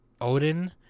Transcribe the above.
Odin